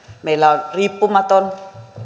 meillä on riippumaton